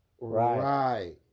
Right